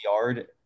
yard